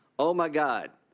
oh my god,